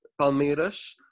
Palmeiras